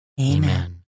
Amen